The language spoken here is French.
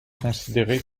considéré